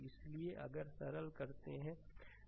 इसलिए अगर सरल करते हैं